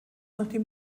nachdem